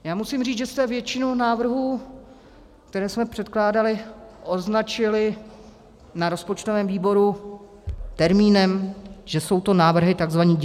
Já musím říct, že jste většinu návrhů, které jsme předkládali, označili na rozpočtovém výboru termínem, že jsou to návrhy, takzvaní divocí jezdci.